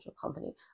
company